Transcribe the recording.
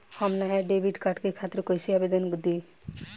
हम नया debit card के खातिर कइसे आवेदन दीं?